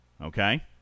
Okay